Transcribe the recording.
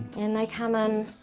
and they come in